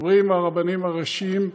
דברי עם הרבנים הראשיים.